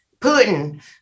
Putin